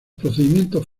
procedimientos